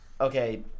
okay